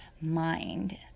mind